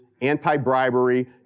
anti-bribery